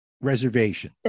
reservation